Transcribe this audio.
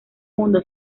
mundo